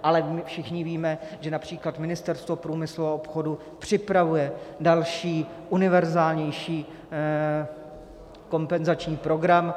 Ale my všichni víme, že např. Ministerstvo průmyslu a obchodu připravuje další, univerzálnější kompenzační program.